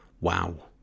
Wow